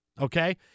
Okay